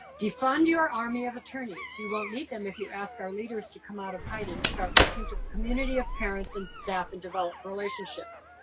defund your army of attorneys, you won't need them if you ask our leaders to come out of hiding start listening to the community of parents and staff and develop relationships.